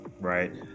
right